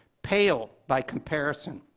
pale by comparison.